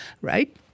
right